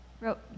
wrote